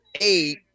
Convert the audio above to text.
eight